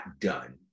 done